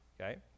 Okay